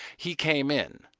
he came in.